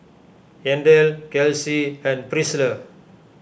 Yandel Kelsi and Pricilla